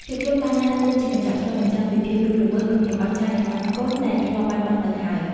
ភាពយន្តបានដើរតួជាកញ្ចក់ឆ្លុះបញ្ចាំងពីភាពរស់រវើក និងភាពអស្ចារ្យនៃក្បាច់គុណដែលធ្លាប់បាត់បង់ទៅហើយ។